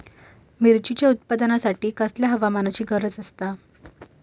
मिरचीच्या उत्पादनासाठी कसल्या हवामानाची गरज आसता?